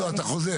לא, אתה חוזר.